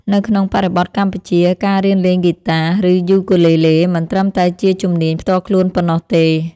នៅក្នុងបរិបទកម្ពុជា ការរៀនលេងហ្គីតា ឬ យូគូលេលេ មិនត្រឹមតែជាជំនាញផ្ទាល់ខ្លួនប៉ុណ្ណោះទេ